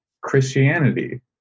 Christianity